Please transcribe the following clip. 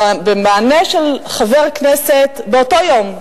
במענה לחבר כנסת באותו יום,